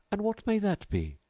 and what may that be,